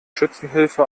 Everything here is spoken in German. schützenhilfe